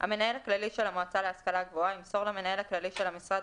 (ב)המנהל הכללי של המועצה להשכלה גבוהה ימסור למנהל הכללי של המשרד